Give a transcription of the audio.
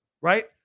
right